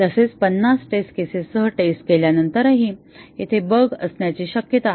तसेच 50 टेस्ट केसेससह टेस्ट केल्यानंतरही येथे बग असण्याची शक्यता आहे